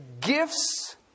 gifts